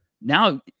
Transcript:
now